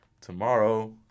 tomorrow